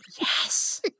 Yes